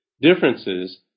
differences